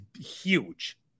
huge